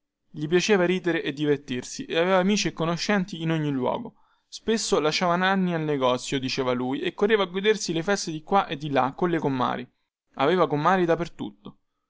gli piaceva ridere e divertirsi e aveva amici e conoscenti in ogni luogo spesso lasciava nanni al negozio diceva lui e correva a godersi la festa di qua e di là colle comari aveva comari